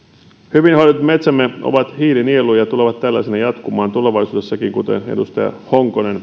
hyvin hoidetut metsämme ovat hiilinieluja ja tulevat tällaisina jatkumaan tulevaisuudessakin kuten muun muassa edustaja honkonen